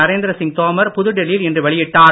நரேந்திர சிங் தோமர் புதுடில்லி யில் இன்று வெளியிட்டார்